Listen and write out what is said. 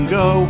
go